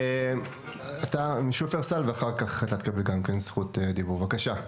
שופרסל, בבקשה.